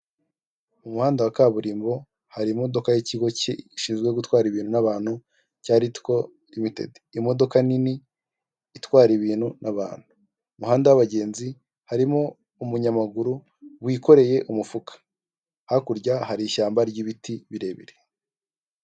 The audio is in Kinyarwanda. Umuhanda wa kaburimbo hari imodoka y'ikigo gishinzwe gutwara ibintu cya Ritiko rimitedi, imodoka nini itwara ibintu n'abantu, umuhanda w'abagenzi harimo umunyamaguru wikoreye umufuka, hakurya hari ishyamba ryibiti birebire.